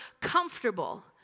comfortable